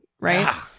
right